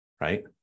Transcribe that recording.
right